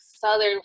southern